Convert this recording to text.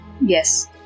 Yes